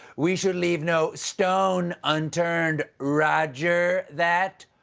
we should leave no stone unturned, roger that.